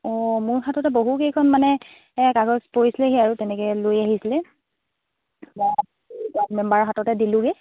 অঁ মোৰ হাততে বহুকেইখন মানে কাগজ পৰিছিলেহি আৰু তেনেকৈ লৈ আহিছিলে বা ৱাৰ্ড মেম্বাৰৰ হাততে দিলোঁগৈ